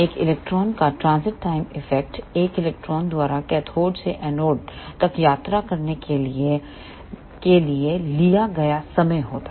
एक इलेक्ट्रॉन का transit time इफ़ेक्टएक इलेक्ट्रॉन द्वारा कैथोड से एनोड तक यात्रा करने के लिए लिया गया समय होता है